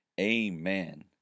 Amen